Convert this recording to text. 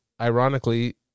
ironically